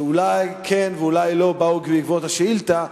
שאולי כן ואולי לא באו בעקבות השאילתא,